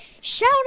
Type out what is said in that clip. shout